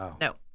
No